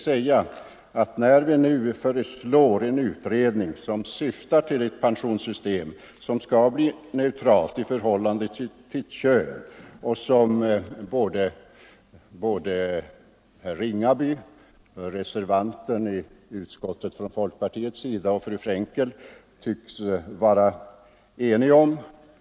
Utskottet föreslår nu en utredning som syftar till ett pensionssystem som är neutralt i förhållande till kön, och i det instämmer såväl herr Ringaby som den folkpartistiska reservanten i utskottet och fru Frankel.